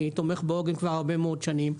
אני תומך בעוגן כבר הרבה מאוד שנים,